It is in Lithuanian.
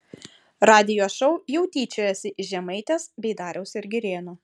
radijo šou jau tyčiojasi iš žemaitės bei dariaus ir girėno